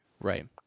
Right